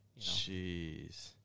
jeez